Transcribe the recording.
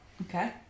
Okay